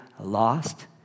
lost